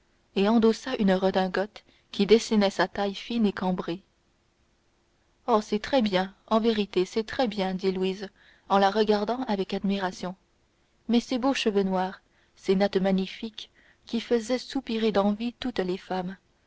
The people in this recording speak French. et endossa une redingote qui dessinait sa taille fine et cambrée oh c'est très bien en vérité c'est très bien dit louise en la regardant avec admiration mais ces beaux cheveux noirs ces nattes magnifiques qui faisaient soupirer d'envie toutes les femmes